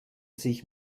sich